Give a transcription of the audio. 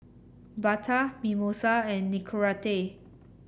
Bata Mimosa and Nicorette